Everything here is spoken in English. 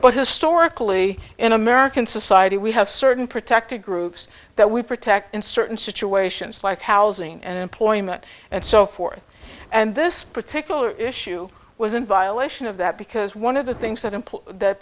but historically in american society we have certain protected groups that we protect in certain situations like housing and employment and so forth and this particular issue was in violation of that because one of the things that